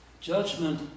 judgment